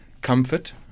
comfort